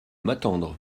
m’attendre